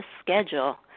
schedule